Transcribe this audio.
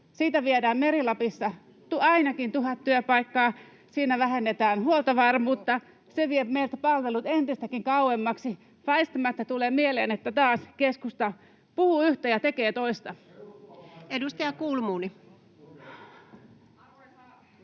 Siinä viedään Meri-Lapista ainakin tuhat työpaikkaa, siinä vähennetään huoltovarmuutta, se vie meiltä palvelut entistäkin kauemmaksi. Väistämättä tulee mieleen, että taas keskusta puhuu yhtä ja tekee toista. [Speech 100]